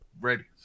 ready